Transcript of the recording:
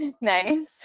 Nice